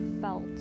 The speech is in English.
felt